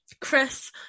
Chris